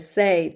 say